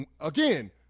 again